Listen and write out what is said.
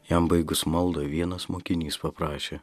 jam baigus maldą vienas mokinys paprašė